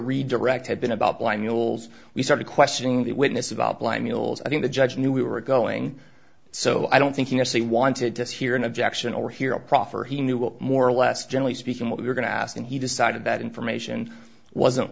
redirect had been about why mules we started questioning the witness about blimey holes i think the judge knew we were going so i don't think yes he wanted to hear an objection or hear a proffer he knew what more or less generally speaking what we were going to ask and he decided that information wasn't